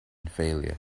failure